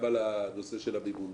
גם בנושא המימון,